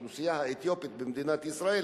יותר,